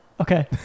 Okay